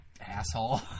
asshole